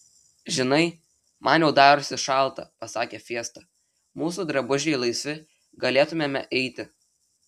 žinai man jau darosi šalta pasakė fiesta mūsų drabužiai laisvi galėtumėme eiti